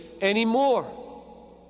anymore